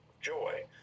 joy